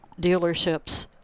dealerships